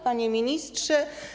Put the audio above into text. Panie Ministrze!